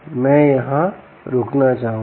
मैं यहां रुकना चाहूंगा